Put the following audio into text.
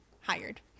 hired